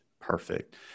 Perfect